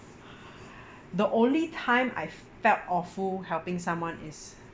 the only time I've felt awful helping someone is